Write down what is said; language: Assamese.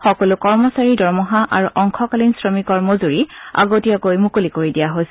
সকলো কৰ্মচাৰীৰ দৰমহা আৰু অংশকালীন শ্ৰমিকৰ মজুৰি আগতীয়াকৈ মুকলি কৰি দিয়া হৈছে